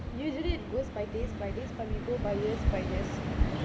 we didn't go by days by days [one] we go by years by years